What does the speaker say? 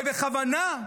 ובכוונה.